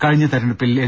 കഴിഞ്ഞ തിരഞ്ഞെടുപ്പിൽ എൽ